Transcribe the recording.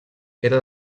era